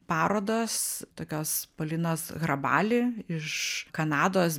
parodos tokios polinos hrabali iš kanados